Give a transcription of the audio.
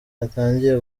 hatangiye